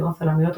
בעזרת צלמיות,